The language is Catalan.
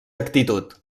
actitud